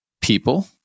people